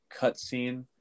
cutscene